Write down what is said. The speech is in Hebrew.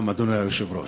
וגם אדוני היושב-ראש,